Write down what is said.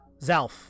Zalf